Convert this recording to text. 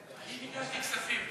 תודה רבה.